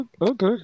okay